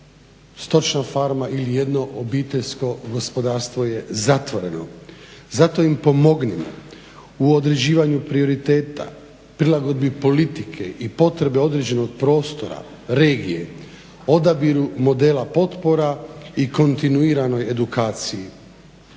stočna farma ili jedno OPG je zatvoreno. Zato im pomognimo u određivanju prioriteta, prilagodbi politike i potrebe određenog prostora, regije, odabiru modela potpora i kontinuiranoj edukaciji.